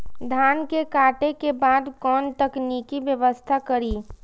धान के काटे के बाद कोन तकनीकी व्यवस्था करी?